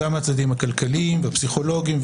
גם מהצדדים הכלכליים והפסיכולוגיים,